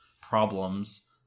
problems